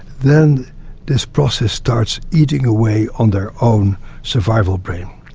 then this process starts eating away on their own survival brain.